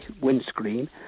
windscreen